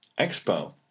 expo